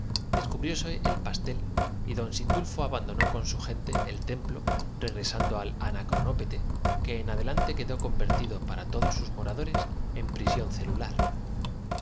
descubrióse el pastel y don sindulfo militarez napoleón y yo abandonó con su gente el templo regresando al ana te explicarás cronópete que en adelante quedó convertido para todos puez ez muy cencillo ci don cindulfo tiene para sus moradores en prisión celular